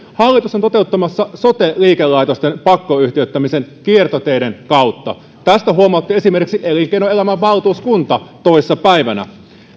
hallitus on toteuttamassa sote liikelaitosten pakkoyhtiöittämisen kiertoteiden kautta tästä huomautti esimerkiksi elinkeinoelämän valtuuskunta toissa päivänä